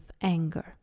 anger